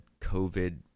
covid